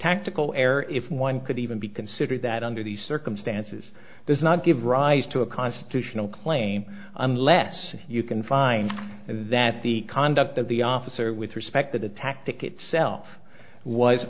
tactical error if one could even be considered that under these circumstances there's not give rise to a constitutional claim unless you can find that the conduct of the officer with respect that the tactic itself was